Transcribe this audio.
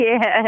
Yes